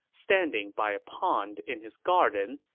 standing by a pond in his garden,